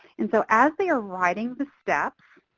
and so as they are writing the steps,